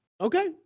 Okay